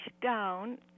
down